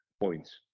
points